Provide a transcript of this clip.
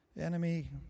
enemy